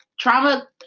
Trauma